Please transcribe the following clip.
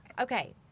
Okay